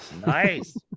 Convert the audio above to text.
Nice